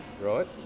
right